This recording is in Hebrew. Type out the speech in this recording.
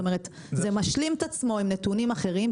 זה משלים את עצמו עם נתונים אחרים.